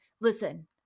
listen